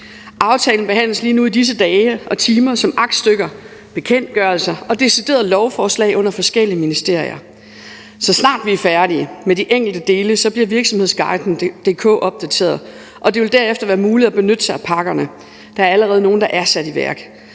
Aftalen behandles lige nu i disse dage og timer som aktstykker, bekendtgørelser og deciderede lovforslag under forskellige ministerier. Så snart vi er færdige med de enkelte dele, bliver Virksomhedsguiden.dk opdateret, og det vil herefter være muligt at benytte sig af pakkerne. Der er allerede nogle, der er sat i værk.